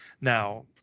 Now